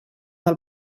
del